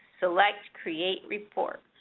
select create report